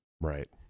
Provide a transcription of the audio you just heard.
Right